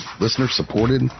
listener-supported